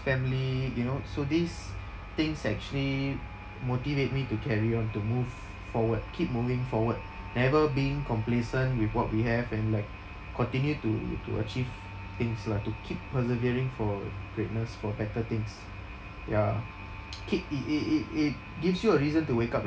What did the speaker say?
family you know so these things actually motivate me to carry on to move forward keep moving forward never being complacent with what we have and like continue to to achieve things lah to keep persevering for greatness for better things ya keep it it it it gives you a reason to wake up